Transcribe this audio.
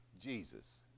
Jesus